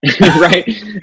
Right